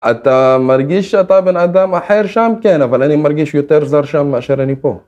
אתה מרגיש שאתה בן אדם אחר שם? כן, אבל אני מרגיש יותר זר שם מאשר אני פה.